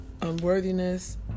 unworthiness